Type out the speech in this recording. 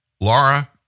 Laura